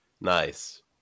Nice